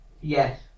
Yes